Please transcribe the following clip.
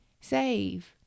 save